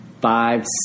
five